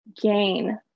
gain